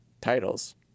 titles